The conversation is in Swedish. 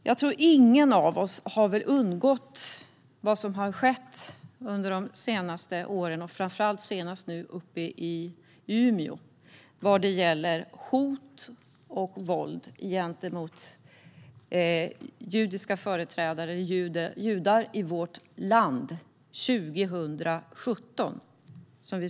Jag tror inte att det har undgått någon av oss vad som har skett under de senaste åren och framför allt senast nu uppe i Umeå vad gäller hot och våld gentemot judiska företrädare och judar - i vårt land år 2017!